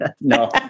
No